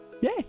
Yay